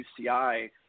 UCI